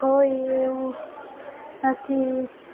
કોઈએ એવું નથી